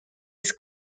les